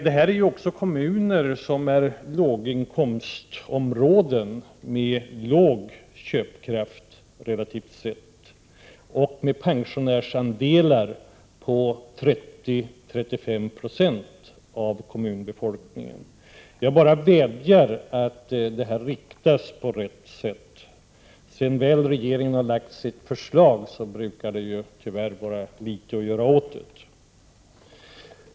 De kommunerna är också låginkomstområden med låg köpkraft relativt sett och med pensionärsandelar på 30-35 970 av kommunbefolkningen. Jag bara vädjar om att åtstramningen skall riktas på rätt sätt. Sedan regeringen väl har lagt fram sitt förslag brukar det tyvärr vara litet att göra åt det.